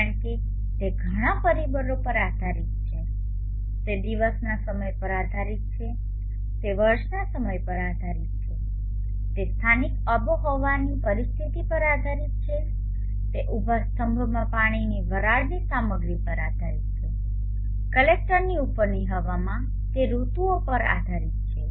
કારણ કે તે ઘણા પરિબળો પર આધારીત છે તે દિવસના સમય પર આધારિત છે તે વર્ષના સમય પર આધારિત છે તે સ્થાનિક આબોહવાની પરિસ્થિતિઓ પર આધારીત છે તે ઉભા સ્તંભમાં પાણીની વરાળની સામગ્રી પર આધારિત છે કલેક્ટરની ઉપરની હવામાં તે ઋતુઓ પર આધારીત છે